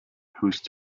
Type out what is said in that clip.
whose